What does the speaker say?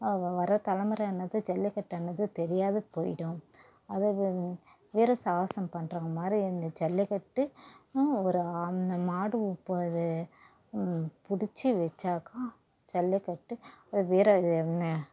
அவ வர தலைமுறைன்னது ஜல்லிக்கட்டுன்னது தெரியாது போய்விடும் அது வி வீர சாகசம் பண்ணுற மாதிரி இந்த ஜல்லிக்கட்டு ஒரு அ அந்த மாடு உப்பது பிடிச்சி வைச்சாக்கா ஜல்லிக்கட்டு வீர இது ன